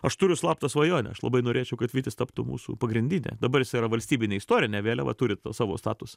aš turiu slaptą svajonę aš labai norėčiau kad vytis taptų mūsų pagrindinė dabar jisai yra valstybinė istorinė vėliava turi savo statusą